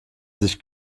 sich